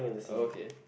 okay